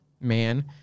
man